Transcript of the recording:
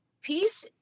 Peace